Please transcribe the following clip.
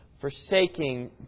forsaking